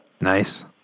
nice